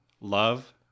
Love